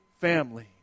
Family